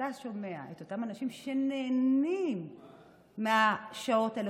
וכשאתה שומע את אותם אנשים שנהנים מהשעות האלה,